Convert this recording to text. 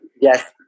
Yes